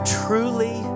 truly